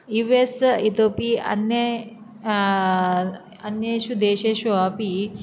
you S इतोऽपि अन्ये अन्येषु देशेषु अपि